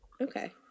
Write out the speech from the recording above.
Okay